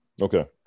Okay